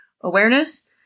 awareness